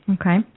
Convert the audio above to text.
Okay